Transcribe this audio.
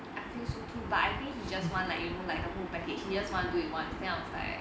I feel so too but I think he just one like you know like the whole package he just want do it once then I was like